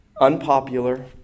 Unpopular